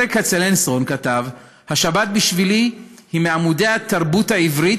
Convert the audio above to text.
ברל כצנלסון כתב: "השבת בשבילי היא מעמודי התרבות העברית